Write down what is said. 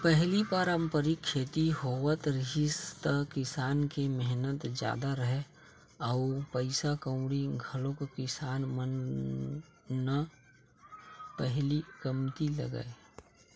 पहिली पारंपरिक खेती होवत रिहिस त किसान के मेहनत जादा राहय अउ पइसा कउड़ी घलोक किसान मन न पहिली कमती लगय